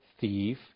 thief